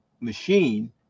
machine